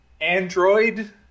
android